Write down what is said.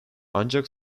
ancak